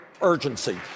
urgency